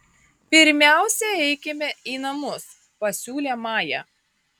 pirmiausia eikime į namus pasiūlė maja